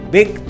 Big